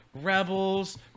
Rebels